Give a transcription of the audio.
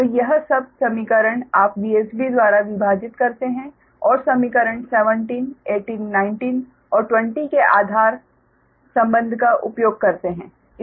तो यह सब समीकरण आप VsB द्वारा विभाजित करते हैं और समीकरण 17 18 19 और 20 के आधार संबंध का उपयोग करते हैं